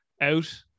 out